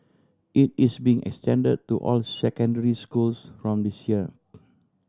it is being extended to all secondary schools from this year